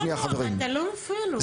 לא, אתה לא מפריע לו.